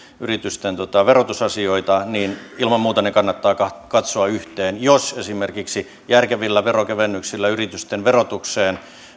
yritysten verotusasioita niin ilman muuta ne kannattaa katsoa yhteen jos esimerkiksi järkevillä veronkevennyksillä liittyen yritysten verotukseen